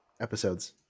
episodes